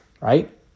Right